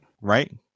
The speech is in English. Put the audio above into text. Right